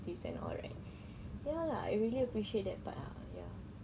and all right ya lah I really appreciate that part ya